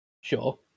sure